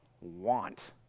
want